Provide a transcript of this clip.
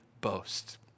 boast